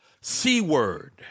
C-word